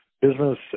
business